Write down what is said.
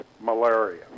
malaria